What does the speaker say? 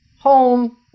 home